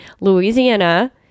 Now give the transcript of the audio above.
Louisiana